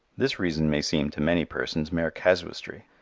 this reasoning may seem to many persons mere casuistry,